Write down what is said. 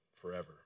forever